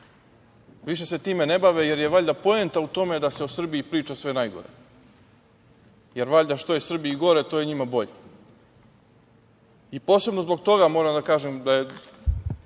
Više se time ne bave, jer je valjda poenta u tome da se o Srbiji priča sve najgore. Valjda, što je Srbiji gore, to je njima bolje. Posebno zbog toga moram da kažem da je